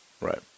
Right